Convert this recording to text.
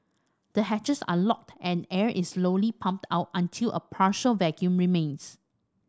the hatches are locked and air is slowly pumped out until a partial vacuum remains